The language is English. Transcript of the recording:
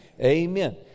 Amen